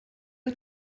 wyt